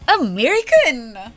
American